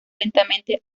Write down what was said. lentamente